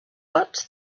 but